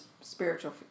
spiritual